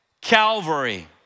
Calvary